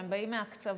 הם באים מהקצוות.